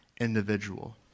individual